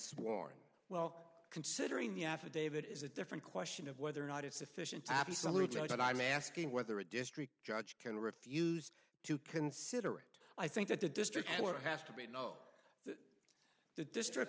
sworn well considering the affidavit is a different question of whether or not it's sufficient to be saluted and i'm asking whether a district judge can refuse to consider it i think that the district court has to be no the district